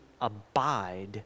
abide